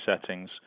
settings